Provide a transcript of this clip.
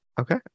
Okay